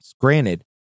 Granted